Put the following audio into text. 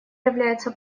является